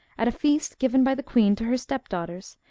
at a feast given by the queen to her step daughters,